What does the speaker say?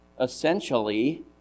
essentially